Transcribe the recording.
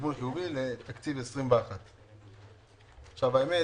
מכיוון חיובי לתקציב 2021. האמת,